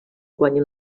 guanyen